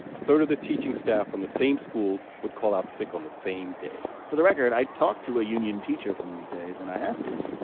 a third of the teaching staff from the same school would call out sick on the same day for the record, i talked to a union teacher from these days. and i asked him,